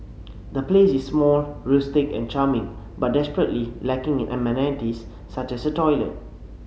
the place is small rustic and charming but desperately lacking in amenities such as a toilet